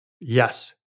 Yes